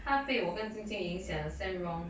他被我跟 jing jing 影响 send wrong